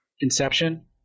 Inception